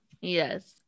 Yes